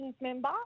member